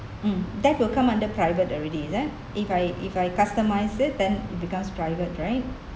hmm that will come under private already is it if I if I customise it then it becomes private right